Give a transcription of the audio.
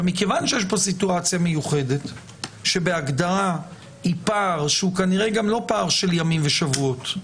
מכיוון שיש פה סיטואציה מיוחדת שבהגדרה היא פער לא רק של ימים ושבועות,